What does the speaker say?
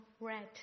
red